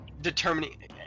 determining